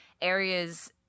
areas